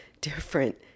different